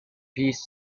piece